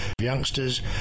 youngsters